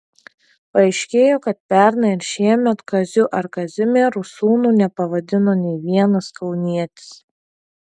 paaiškėjo kad pernai ir šiemet kaziu ar kazimieru sūnų nepavadino nė vienas kaunietis